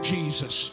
Jesus